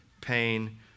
pain